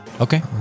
Okay